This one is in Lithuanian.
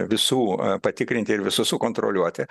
visų patikrinti ir visus sukontroliuoti